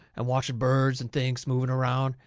and watching birds and things moving around,